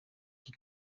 qui